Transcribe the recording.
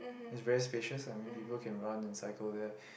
it's very spacious ah I mean people can run and cycle there